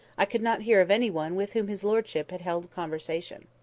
i could not hear of any one with whom his lordship had held conversation.